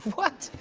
what?